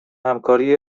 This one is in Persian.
همکاری